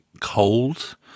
cold